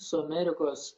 su amerikos